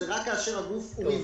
זה רק כאשר הגוף רווחי,